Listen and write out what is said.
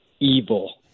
evil